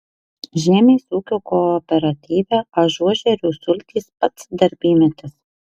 žemės ūkio kooperatyve ažuožerių sultys pats darbymetis